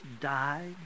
died